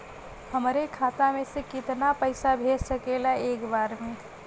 हमरे खाता में से कितना पईसा भेज सकेला एक बार में?